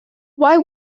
why